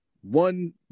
one